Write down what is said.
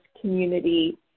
community